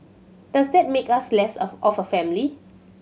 does that make us less of of a family